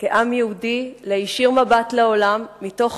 כעם יהודי להישיר מבט לעולם מתוך